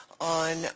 on